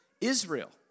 Israel